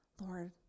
Lord